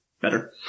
better